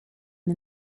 the